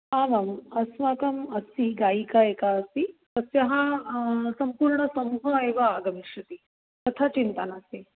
आमाम् अस्माकम् अस्ति गायिका एका अस्ति तस्याः सम्पूर्णसमूहः एव आगमिष्यति अतः चिन्ता नास्ति